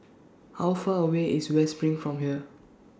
How Far away IS West SPRING from here